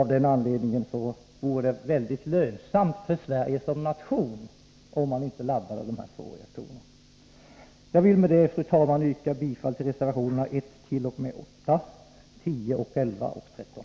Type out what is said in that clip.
Av den anledningen vore det mycket lönsamt för Sverige som nation om dessa två reaktorer inte laddades. Jag vill med detta, fru talman, yrka bifall till reservationerna 1-8, 10, 11 och 13.